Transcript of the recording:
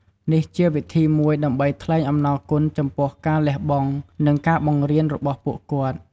នេះជាវិធីមួយដើម្បីថ្លែងអំណរគុណចំពោះការលះបង់ និងការបង្រៀនរបស់ពួកគាត់។